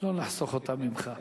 לא נחסוך אותן ממך.